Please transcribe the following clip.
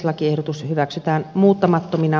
lakiehdotus hyväksytään muuttamattomina